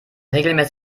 regelmäßig